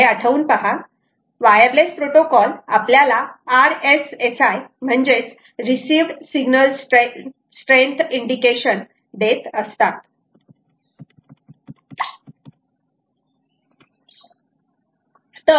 थोडे आठवून पहा वायरलेस प्रोटोकॉल आपल्याला RSSI म्हणजेच रिसिव्ह सिग्नल स्ट्रेंथ इंडिकेशन देत असतात